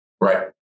Right